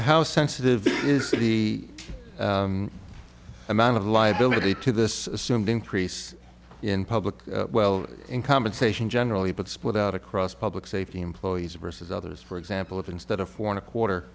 how sensitive is that he amount of liability to this assumed increase in public well in compensation generally but split out across public safety employees versus others for example if instead of for a quarter